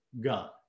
God